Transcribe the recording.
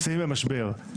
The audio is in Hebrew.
במשבר,